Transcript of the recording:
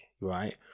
right